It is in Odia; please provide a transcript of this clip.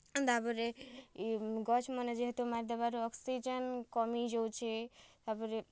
ଆଉ ତାପରେ ଇ ଗଛ୍ମାନେ ଯେହେତୁ ମାରି ଦେବାରୁ ଅକ୍ସିଜେନ୍ କମିଯାଉଛେ ତାପରେ